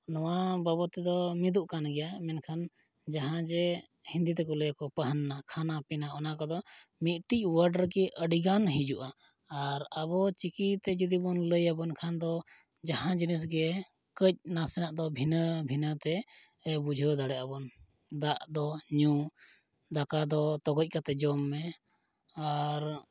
ᱱᱚᱣᱟ ᱵᱟᱵᱚᱫ ᱛᱮᱫᱚ ᱢᱤᱫᱚᱜ ᱠᱟᱱ ᱜᱮᱭᱟ ᱢᱮᱱᱠᱷᱟᱱ ᱡᱟᱦᱟᱸ ᱡᱮ ᱦᱤᱱᱫᱤ ᱛᱮᱠᱚ ᱞᱟᱹᱭᱟᱠᱚ ᱯᱮᱦᱮᱱᱱᱟ ᱠᱷᱟᱱᱟ ᱯᱤᱱᱟ ᱚᱱᱟ ᱠᱚᱫᱚ ᱢᱤᱫᱴᱤᱡ ᱚᱣᱟᱨᱰ ᱨᱮᱜᱮ ᱟᱹᱰᱤᱜᱟᱱ ᱦᱤᱡᱩᱜᱼᱟ ᱟᱨ ᱟᱵᱚ ᱪᱤᱠᱤᱛᱮ ᱡᱩᱫᱤᱵᱚᱱ ᱞᱟᱹᱭᱟ ᱮᱸᱰᱮᱠᱷᱟᱱ ᱫᱚ ᱡᱟᱦᱟᱸ ᱡᱤᱱᱤᱥᱜᱮ ᱠᱟᱹᱡ ᱱᱟᱥᱮᱱᱟᱜ ᱫᱚ ᱵᱷᱤᱱᱟᱹ ᱵᱷᱤᱱᱟᱹᱛᱮ ᱵᱩᱡᱷᱟᱹᱣ ᱫᱟᱲᱮᱭᱟᱜᱼᱟᱵᱚᱱ ᱫᱟᱜ ᱫᱚ ᱧᱩ ᱫᱟᱠᱟ ᱫᱚ ᱛᱚᱜᱚᱡ ᱠᱟᱛᱮᱫ ᱡᱚᱢ ᱢᱮ ᱟᱨ